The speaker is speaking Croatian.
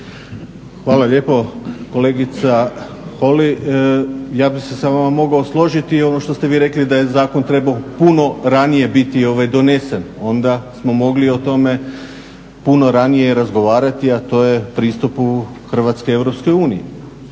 Hvala lijepo. Kolegica Holy, ja bih se sa vama mogao složiti ovo što ste vi rekli da je zakon trebao puno ranije biti donesen. Onda smo mogli o tome puno ranije razgovarati, a to je pristupu Hrvatske Europskoj uniji.